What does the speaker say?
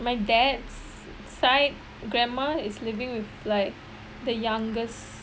my dad's side grandma is living with like the youngest